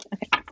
Okay